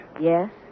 Yes